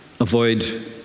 avoid